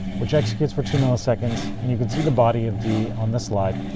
which executes for two milliseconds, and you can see the body of d on the slide.